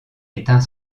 éteint